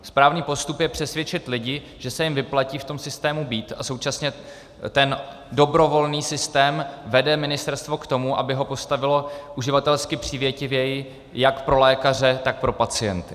Správný postup je přesvědčit lidi, že se jim vyplatí v tom systému být, a současně ten dobrovolný systém vede ministerstvo k tomu, aby ho postavilo uživatelsky přívětivěji jak pro lékaře, tak pro pacienty.